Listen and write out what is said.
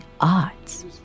odds